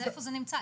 אז איפה זה נמצא?